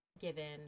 given